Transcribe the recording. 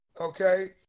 okay